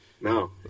No